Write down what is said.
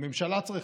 הממשלה צריכה,